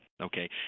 Okay